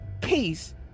peace